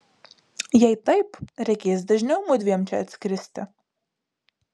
jei taip reikės dažniau mudviem čia atskristi